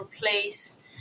place